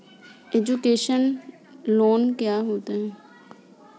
Education loan क्या होता है?